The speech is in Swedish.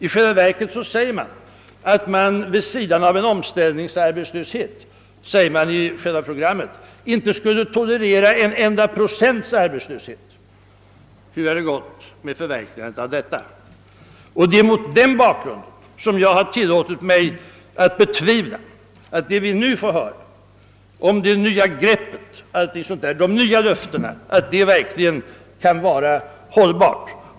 I själva verket framhålles i programmet att man vid sidan av en omställningsarbetslöshet inte skulle tolerera en enda Pprocent arbetslöshet. Hur har det gått med förverkligandet av detta? Det är mot denna bakgrund som jag har tillåtit mig att betvivla hållbarheten av det vi nu får höra om nya grepp och nya löften.